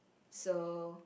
so